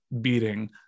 beating